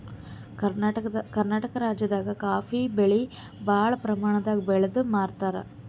ಕರ್ನಾಟಕ್ ರಾಜ್ಯದಾಗ ಕಾಫೀ ಬೆಳಿ ಭಾಳ್ ಪ್ರಮಾಣದಾಗ್ ಬೆಳ್ದ್ ಮಾರ್ತಾರ್